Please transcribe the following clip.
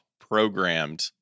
programmed